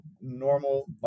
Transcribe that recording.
normal